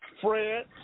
Fred